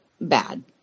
bad